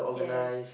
yes